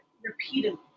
Repeatedly